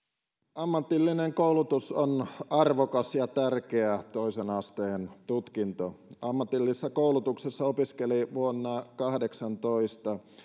ammatillinen koulutus on arvokas ja tärkeä toisen asteen tutkinto ammatillisessa koulutuksessa opiskeli vuonna kahdeksantoista